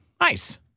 Nice